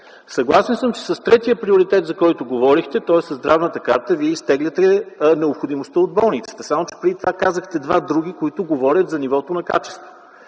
Съгласен съм, че с третия приоритет, за който говорихте, тоест със Здравната карта вие изтегляте необходимостта от болницата, само че преди това казахте два други, които говорят за нивото на качество.